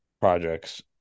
projects